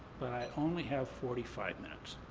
but i only have forty five minutes.